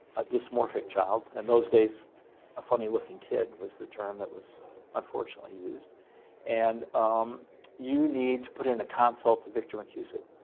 a dysmorphic child in those days a funny looking kid was the term that was unfortunately used and you need to put in a consult to victor mckusick.